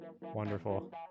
Wonderful